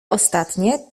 ostatnie